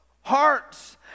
hearts